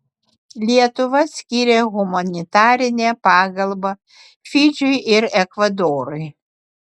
lietuva skyrė humanitarinę pagalbą fidžiui ir ekvadorui